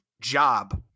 job